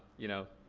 you know,